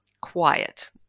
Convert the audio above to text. quiet